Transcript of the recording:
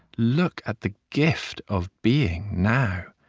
look at the gift of being, now.